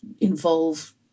involve